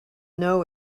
know